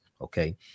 Okay